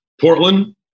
Portland